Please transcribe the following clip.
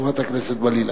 חברת הכנסת בלילא.